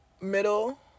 middle